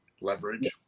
leverage